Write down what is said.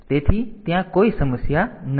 તેથી ત્યાં કોઈ સમસ્યા નથી